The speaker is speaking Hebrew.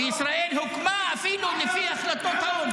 וישראל הוקמה אפילו לפי החלטות האו"ם.